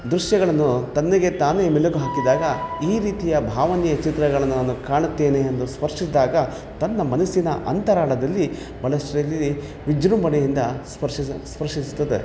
ದೃಶ್ಯಗಳನ್ನು ತನಗೆ ತಾನೇ ಮೆಲುಕು ಹಾಕಿದಾಗ ಈ ರೀತಿಯ ಭಾವನೆಯ ಚಿತ್ರಗಳನ್ನು ನಾನು ಕಾಣುತ್ತೇನೆ ಎಂದು ಸ್ಪರ್ಶಿಸದಾಗ ತನ್ನ ಮನಸ್ಸಿನ ಅಂತರಾಳದಲ್ಲಿ ಬಾಳಷ್ಟು ವಿಜೃಂಭಣೆಯಿಂದ ಸ್ಪರ್ಶಿಸು ಸ್ಪರ್ಶಿಸುತ್ತದೆ